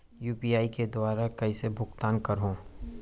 UPI के दुवारा कइसे भुगतान करहों?